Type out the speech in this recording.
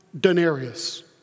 denarius